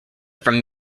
from